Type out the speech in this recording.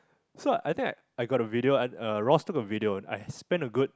so I think I got the video uh Ross took a video I spent a good